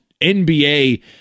NBA